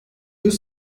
deux